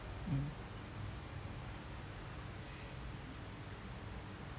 mm